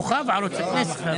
ינון, בחייך.